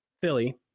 Philly